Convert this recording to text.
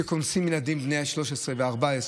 וקונסים ילדים בני 13 ו-14,